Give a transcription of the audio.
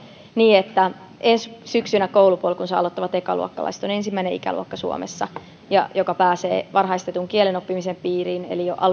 niin että ensi syksynä koulupolkunsa aloittavat ekaluokkalaiset ovat ensimmäinen ikäluokka suomessa joka pääsee varhaistetun kielenoppimisen piiriin eli